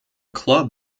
club